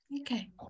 Okay